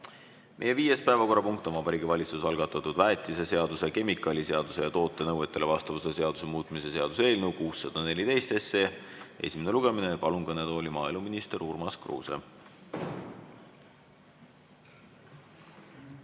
Meie viies päevakorrapunkt on Vabariigi Valitsuse algatatud väetiseseaduse, kemikaaliseaduse ja toote nõuetele vastavuse seaduse muutmise seaduse eelnõu (614 SE) esimene lugemine. Palun kõnetooli maaeluminister Urmas Kruuse.